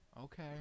Okay